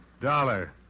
Dollar